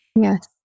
Yes